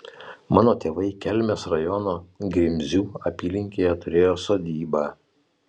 mano tėvai kelmės rajono grimzių apylinkėje turėjo sodybą